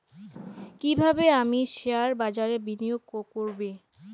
কিভাবে আমি শেয়ারবাজারে বিনিয়োগ করবে?